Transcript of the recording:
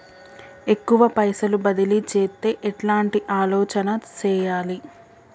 ఎక్కువ పైసలు బదిలీ చేత్తే ఎట్లాంటి ఆలోచన సేయాలి?